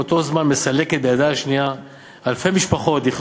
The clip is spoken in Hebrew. ובאותו זמן מסלקת בידה השנייה אלפי משפחות לחיות